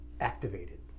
activated